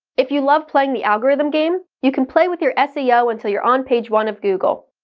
if you love playing the algorithm game, you can play with your seo until you're on page one of google.